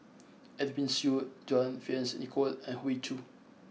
Edwin Siew John Fearns Nicoll and Hoey Choo